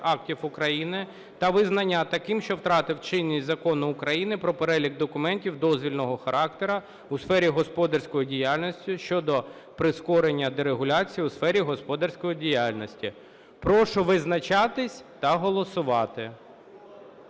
актів України та визнання таким, що втратив чинність, Закону України "Про Перелік документів дозвільного характеру у сфері господарської діяльності" щодо прискорення дерегуляції у сфері господарської діяльності. Прошу визначатися та голосувати.